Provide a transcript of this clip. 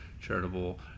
charitable